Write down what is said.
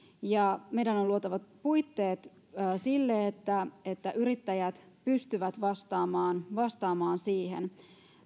ja meidän on luotava puitteet sille että että yrittäjät pystyvät vastaamaan vastaamaan siihen